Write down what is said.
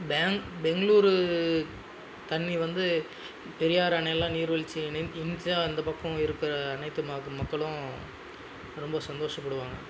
dam Bengaluru தண்ணி வந்து பெரியாறு அணைலாம் நீர்வீழ்ச்சி இருந்துச்சு அந்த பக்கம் இருக்கிற அனைத்து மக்களும் ரொம்ப சந்தோஷப்படுவாங்க